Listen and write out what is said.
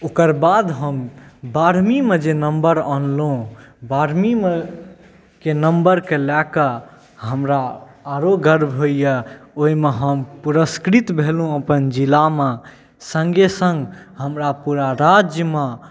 ओकर बाद हम बारहमीमे जे नम्बर अनलहुँ बारहमीके नम्बरके लऽ कऽ हमरा आओर गर्व होइए ओहिमे हम पुरष्कृत भेलहुँ अपन जिलामे सङ्गे सङ्ग हमरा पूरा राज्यमे